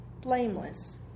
blameless